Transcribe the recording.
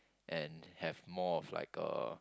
and have more of like a